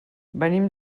venim